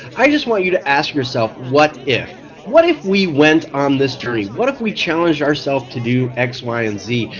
i just want you to ask yourself what if what if we went on this journey, what if we challenged ourselves to do x, y and z,